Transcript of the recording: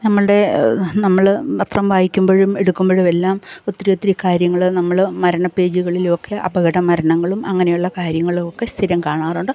നമ്മളുടെ നമ്മള് പത്രം വായിക്കുമ്പഴും എടുക്കുമ്പഴും എല്ലാം ഒത്തിരി ഒത്തിരി കാര്യങ്ങള് നമ്മള് മരണ പേജുകളിലും ഒക്കെ അപകട മരണങ്ങളും അങ്ങനെ ഉള്ള കാര്യങ്ങളും ഒക്കെ സ്ഥിരം കാണാറുണ്ട്